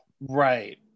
Right